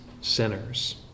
sinners